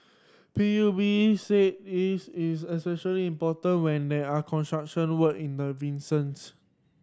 P U B said this is especially important when there are construction work in the